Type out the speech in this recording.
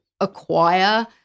acquire